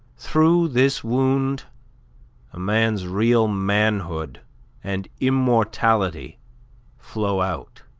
through this wound a man's real manhood and immortality flow out,